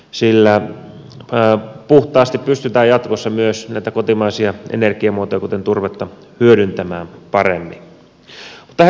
sillä puhtaasti pystytään jatkossa myös näitä kotimaisia energiamuotoja kuten turvetta hyödyntämään paremmin